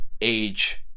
age